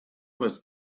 was